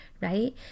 right